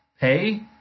pay